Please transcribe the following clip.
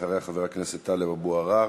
אחריה, חבר הכנסת טלב אבו עראר